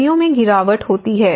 सर्दियों में गिरावट होती है